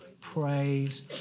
Praise